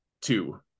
two